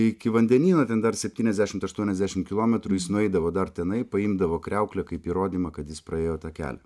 iki vandenyno ten dar septyniasdešimt aštuoniasdešim kilometrų jis nueidavo dar tenai paimdavo kriauklę kaip įrodymą kad jis praėjo tą kelią